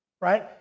Right